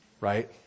right